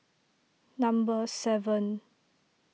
number seven